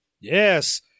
Yes